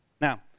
Now